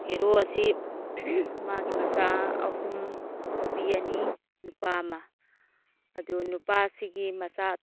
hero ꯑꯁꯤ ꯃꯥꯒꯤ ꯃꯆꯥ ꯑꯍꯨꯝ ꯅꯨꯄꯤ ꯑꯅꯤ ꯅꯨꯄꯥ ꯑꯃ ꯑꯗꯨ ꯅꯨꯄꯥꯁꯤꯒꯤ ꯃꯆꯥ